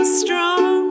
strong